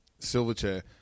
Silverchair